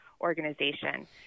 organization